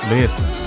Listen